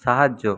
সাহায্য